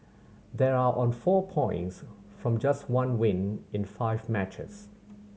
they are on four points from just one win in five matches